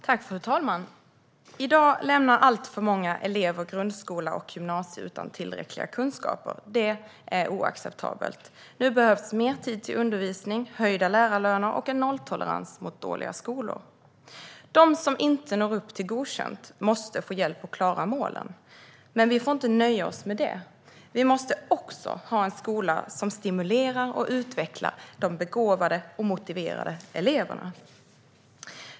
Fru talman! I dag lämnar alltför många elever grundskola och gymnasium utan tillräckliga kunskaper. Det är oacceptabelt. Nu behövs mer tid till undervisning, höjda lärarlöner och nolltolerans mot dåliga skolor. De som inte når upp till Godkänd måste få hjälp att klara målen. Men vi får inte nöja oss med det. Vi måste också ha en skola som stimulerar och utvecklar de begåvade och motiverade eleverna.